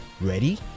Ready